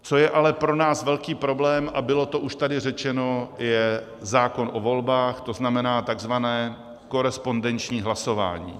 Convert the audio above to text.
Co je ale pro nás velký problém, a bylo to už tady řečeno, je zákon o volbách, to znamená tzv. korespondenční hlasování.